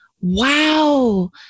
wow